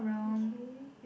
okay